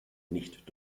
nicht